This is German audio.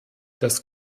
das